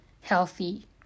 healthy